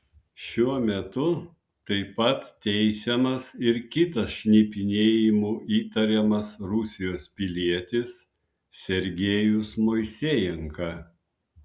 šiuo metu taip pat teisiamas ir kitas šnipinėjimu įtariamas rusijos pilietis sergejus moisejenka